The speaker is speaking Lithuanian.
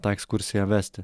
tą ekskursiją vesti